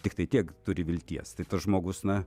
tiktai tiek turi vilties tai tas žmogus na